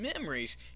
memories